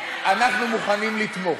אנחנו מוכנים לתמוך,